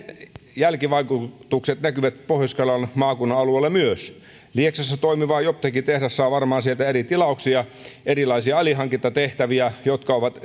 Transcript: jälkivaikutukset näkyvät pohjois karjalan maakunnan alueella myös lieksassa toimiva joptekin tehdas saa varmaan sieltä eri tilauksia erilaisia alihankintatehtäviä jotka ovat